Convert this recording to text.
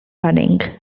running